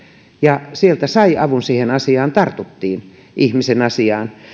ja sieltä sai avun siihen asiaan tartuttiin ihmisen asiaan